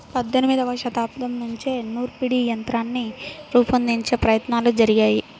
పద్దెనిమదవ శతాబ్దం నుంచే నూర్పిడి యంత్రాన్ని రూపొందించే ప్రయత్నాలు జరిగాయి